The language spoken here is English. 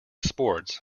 sports